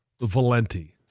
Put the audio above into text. Valenti